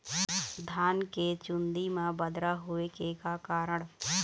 धान के चुन्दी मा बदरा होय के का कारण?